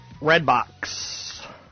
Redbox